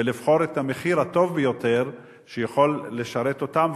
ולבחור את המחיר הטוב ביותר שיכול לשרת אותם,